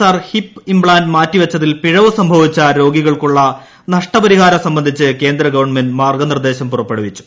R hip implant മാറ്റിവച്ചതിൽ പിഴവ് സംഭവിച്ച രോഗികൾക്കുള്ള നഷ്ടപരിഹാരം സംബന്ധിച്ച് കേന്ദ്ര ഗവൺമെന്റ് മർഗ്ഗനിർദ്ദേൾം പുറപ്പെടുവിച്ചു